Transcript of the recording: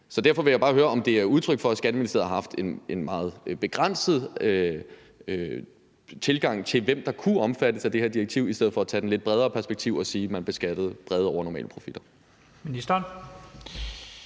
Derfor vil jeg bare høre, om det er udtryk for, at Skatteministeriet har haft en meget begrænset tilgang til, hvem der kunne omfattes af det her direktiv, i stedet for at tage det lidt bredere perspektiv og sige, at man beskattede bredere i forhold til overnormale profitter.